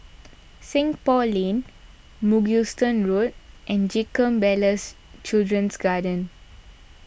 Seng Poh Lane Mugliston Road and Jacob Ballas Children's Garden